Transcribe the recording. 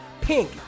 Pink